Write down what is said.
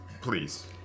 please